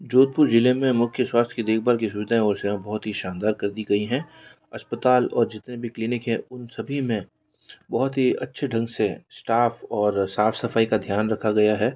जोधपुर ज़िले में मुख्य स्वास्थ्य की देखभाल की सुविधाएं और सेवाएं बहुत ही शानदार कर दी गई हैं अस्पताल और जितने भी क्लिनिक हैं उन सभी में बहुत ही अच्छे ढंग से स्टाफ़ और साफ़ सफ़ाई का ध्यान रखा गया है